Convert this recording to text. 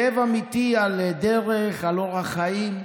כאב אמיתי על דרך, על אורח חיים,